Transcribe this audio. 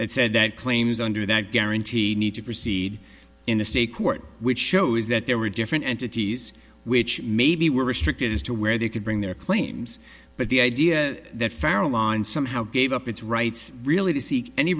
that said that claims under that guarantee need to proceed in the state court which shows that there were different entities which maybe were restricted as to where they could bring their claims but the idea that farallon somehow gave up its rights really to seek any